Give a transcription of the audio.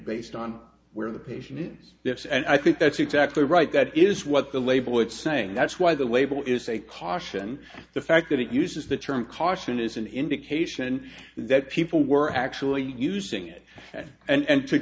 based on where the patient is this and i think that's exactly right that is what the label is saying that's why the label is a caution the fact that it uses the term caution is an indication that people were actually using it and